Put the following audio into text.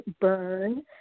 burn